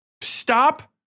Stop